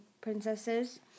princesses